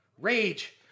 rage